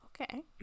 Okay